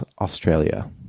australia